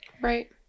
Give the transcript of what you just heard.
Right